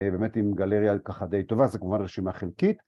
‫באמת, עם גלריה ככה די טובה, ‫זה כמובן רשימה חלקית.